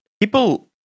people